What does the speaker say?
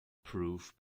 proof